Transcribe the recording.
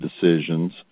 decisions